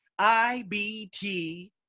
IBT